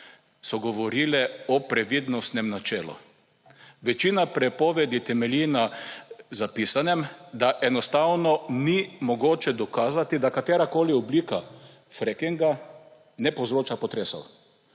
so govorile o previdnostnem načelu. Večina prepovedi temelji na zapisanem, da enostavno ni mogoče dokazati, da katerakoli oblika frackinga ne povzroča potresov.